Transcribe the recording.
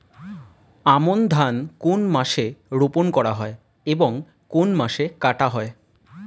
আমন ধান কোন মাসে রোপণ করা হয় এবং কোন মাসে কাটা হয়?